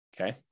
okay